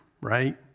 right